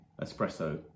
espresso